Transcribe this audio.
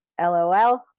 LOL